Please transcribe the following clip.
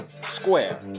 square